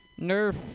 Nerf